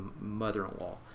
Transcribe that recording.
mother-in-law